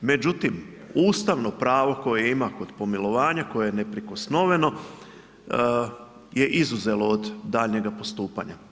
Međutim, ustavno pravo koje ima kod pomilovanja koje je neprikosnoveno je izuzelo od daljnjega postupanja.